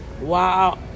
Wow